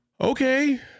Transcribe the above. Okay